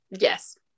Yes